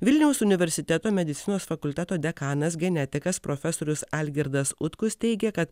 vilniaus universiteto medicinos fakulteto dekanas genetikas profesorius algirdas utkus teigė kad